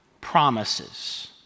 promises